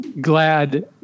glad